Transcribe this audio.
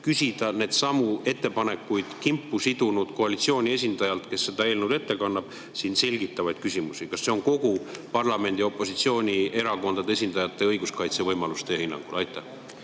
küsida neidsamu ettepanekuid kimpu sidunud koalitsiooni esindajalt, kes seda eelnõu ette kannab, selgitavaid küsimusi? Kas see on kogu parlamendi opositsioonierakondade esindajate [ainuke] õiguskaitse võimalus teie hinnangul? Aitäh,